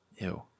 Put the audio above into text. Ew